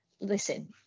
listen